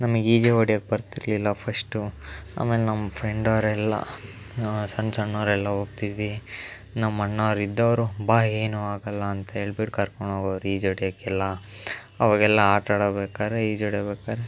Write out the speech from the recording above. ನಮಗೆ ಈಜೇ ಹೊಡಿಯಕ್ಕೆ ಬರ್ತಿರಲಿಲ್ಲ ಫಷ್ಟು ಆಮೇಲೆ ನಮ್ಮ ಫ್ರೆಂಡ್ ಅವರೆಲ್ಲ ಸಣ್ಣ ಸಣ್ಣವರೆಲ್ಲ ಹೋಗ್ತಿದ್ವಿ ನಮ್ಮ ಅಣ್ಣಾವ್ರು ಇದ್ದವರು ಬಾ ಏನೂ ಆಗೋಲ್ಲ ಅಂತ ಹೇಳ್ಬಿಟ್ಟು ಕರ್ಕೊಂಡು ಹೋಗವ್ರು ಈಜು ಹೊಡ್ಯೋಕ್ಕೆಲ್ಲ ಅವಾಗೆಲ್ಲ ಆಟ ಆಡಬೇಕಾದ್ರೆ ಈಜು ಹೊಡಿಬೇಕಾರೆ